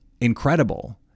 incredible